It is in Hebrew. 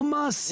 לא מעשי.